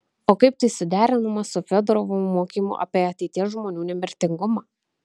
o kaip tai suderinama su fiodorovo mokymu apie ateities žmonių nemirtingumą